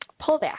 pullback